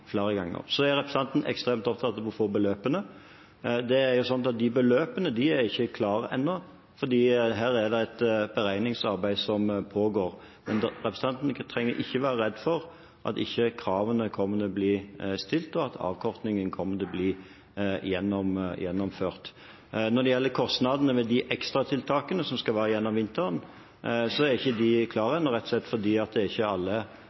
flere ganger. Så er representanten ekstremt opptatt av å få beløpene. Disse beløpene er ikke klare ennå, for her er det et beregningsarbeid som pågår. Men representanten trenger ikke å være redd for at kravene ikke kommer til å bli stilt, og at avkortingen ikke kommer til å bli gjennomført. Når det gjelder kostnadene ved de ekstratiltakene som skal være gjennom vinteren, er ikke de klare ennå, rett og slett fordi det ikke er alle kontrakter som er inngått. Dermed kan en heller ikke